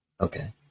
Okay